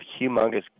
humongous